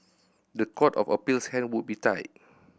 the Court of Appeal's hands would be tied